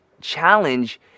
challenge